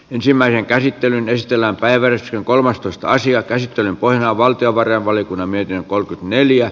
ensimmäinen käsittely nystelän päivän kolmastoista asian käsittelyn pohjana on valtiovarainvaliokunnan mietintö